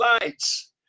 lights